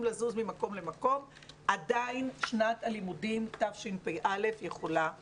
לזוז ממקום למקום עדיין שנת הלימודים תשפ"א יכולה להתקיים.